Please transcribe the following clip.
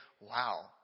wow